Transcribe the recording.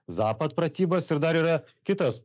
zapad pratybas ir dar yra kitas